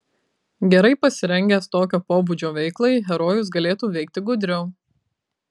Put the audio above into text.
gerai pasirengęs tokio pobūdžio veiklai herojus galėtų veikti gudriau